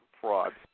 fraud